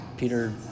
Peter